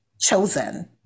chosen